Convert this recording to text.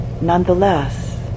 nonetheless